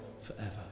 forever